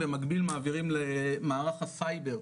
במקביל מעבירים למערך הסייבר,